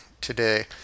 today